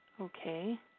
Okay